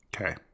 Okay